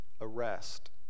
arrest